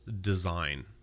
design